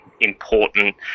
important